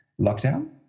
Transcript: lockdown